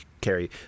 carry